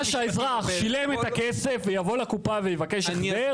שהאזרח שילם את הכסף ויבוא לקופה ויבקש החזר,